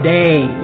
day